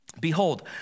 Behold